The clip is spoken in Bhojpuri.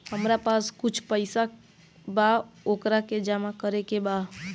हमरा पास कुछ पईसा बा वोकरा के जमा करे के बा?